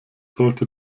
sollte